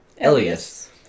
Elias